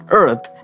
earth